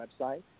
website